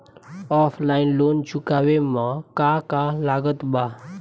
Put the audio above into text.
Offline loan चुकावे म का का लागत बा?